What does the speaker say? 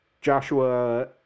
Joshua